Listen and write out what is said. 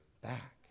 back